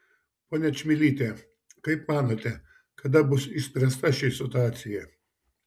ponia čmilyte kaip manote kad bus išspręsta ši situacija